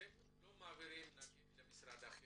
אתם לא מעבירים למשרד החינוך,